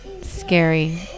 Scary